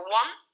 one